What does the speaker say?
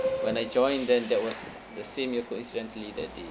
when I join then that was the same year coincidentally that they